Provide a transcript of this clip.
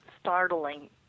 startling